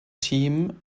team